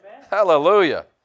Hallelujah